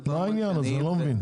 מה העניין אז אני לא מבין?